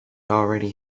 already